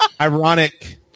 Ironic